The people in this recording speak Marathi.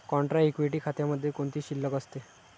कॉन्ट्रा इक्विटी खात्यामध्ये कोणती शिल्लक असते?